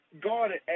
guarded